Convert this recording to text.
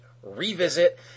revisit